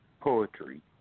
poetry